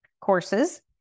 courses